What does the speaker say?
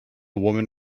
woman